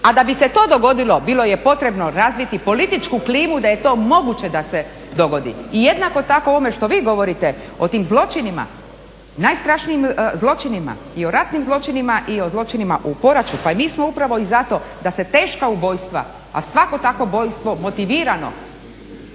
A da bi se to dogodilo bilo je potrebno razviti političku klimu da je to moguće da se dogodi. I jednako tako u ovome što vi govorite o tim zločinima, najstrašnijim zločinima i o ratnim zločinima, i o zločinima u Poraču, pa mi smo upravo i zato da se teška ubojstva, a svako takvo ubojstvo motivirano